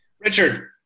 Richard